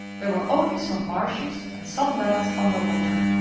there were only some marshes and some lands under water.